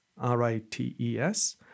R-I-T-E-S